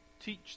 teach